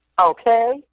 Okay